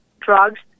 drugs